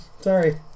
Sorry